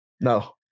No